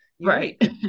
right